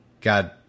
God